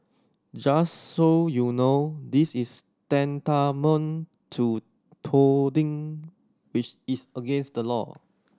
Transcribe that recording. just so you know this is tantamount to touting which is against the law